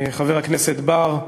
חבר הכנסת בר,